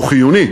הוא חיוני,